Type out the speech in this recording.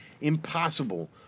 impossible